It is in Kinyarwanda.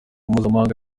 mpuzamahanga